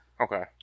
okay